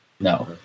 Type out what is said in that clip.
No